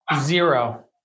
zero